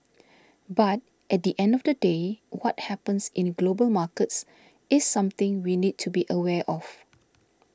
but at the end of the day what happens in global markets is something we need to be aware of